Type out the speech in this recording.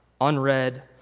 unread